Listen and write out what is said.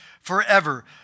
forever